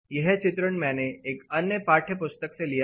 यह चित्रण मैंने एक अन्य पाठ्यपुस्तक से लिया है